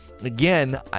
Again